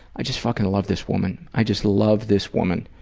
i just fucking love this woman. i just love this woman,